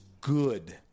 good